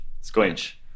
Squinch